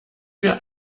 wir